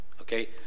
okay